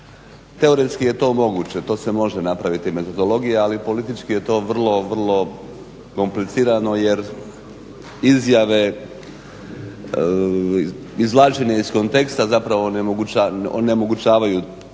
Teoretski je to moguće. To se može napraviti, metodologija ali politički je to vrlo, vrlo komplicirano jer izjave, izvlačenje iz konteksta zapravo ne onemogućavaju